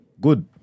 good